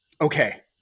Okay